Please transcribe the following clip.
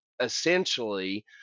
essentially